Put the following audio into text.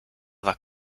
war